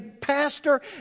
Pastor